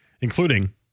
including